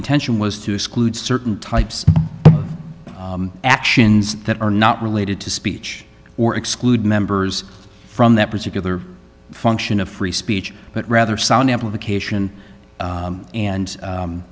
intention was to exclude certain types of actions that are not related to speech or exclude members from that particular function of free speech but rather sound amplification and